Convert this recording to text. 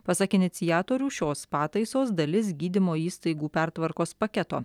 pasak iniciatorių šios pataisos dalis gydymo įstaigų pertvarkos paketo